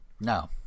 no